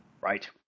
Right